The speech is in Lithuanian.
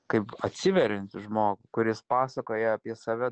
kaip atsiveriantį žmogų kuris pasakoja apie save